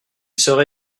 serait